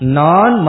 non